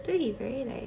thought he very like